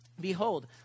behold